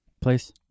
place